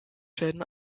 schäden